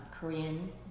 Korean